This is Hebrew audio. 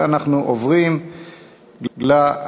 אנחנו עוברים להצבעה